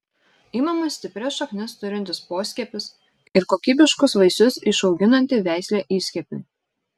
imamas stiprias šaknis turintis poskiepis ir kokybiškus vaisius išauginanti veislė įskiepiui